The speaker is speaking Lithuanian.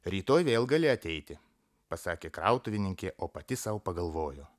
rytoj vėl gali ateiti pasakė krautuvininkė o pati sau pagalvojo